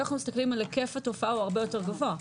היקף התופעה הוא הרבה יותר גבוה,